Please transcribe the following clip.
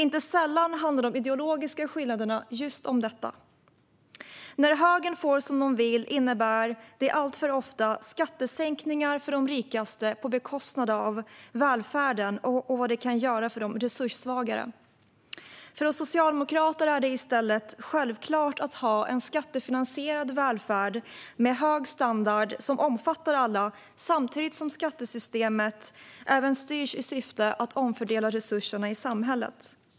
Inte sällan handlar de ideologiska skillnaderna just om detta. När högern får som den vill innebär det alltför ofta skattesänkningar för de rikaste på bekostnad av välfärden och vad den kan göra för de resurssvagare. För oss socialdemokrater är det i stället självklart att ha en skattefinansierad välfärd med hög standard som omfattar alla samtidigt som skattesystemet styrs i syfte att omfördela resurserna i samhället.